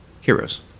heroes